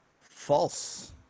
False